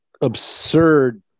absurd